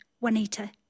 Juanita